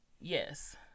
yes